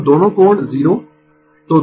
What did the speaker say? Refer Slide Time 0635 तो दोनों कोण 0